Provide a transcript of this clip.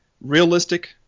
realistic